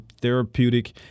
therapeutic